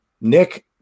Nick